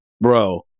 bro